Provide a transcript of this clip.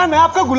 um after